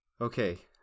Okay